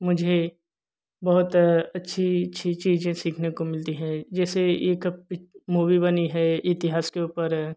मुझे बहुत अच्छी अच्छी चीज़ें सीखने को मिलती हैं जैसे एक पिक मूवी बनी है इतिहास के ऊपर